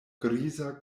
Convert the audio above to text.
griza